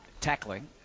tackling